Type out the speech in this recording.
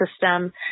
system